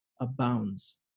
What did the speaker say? abounds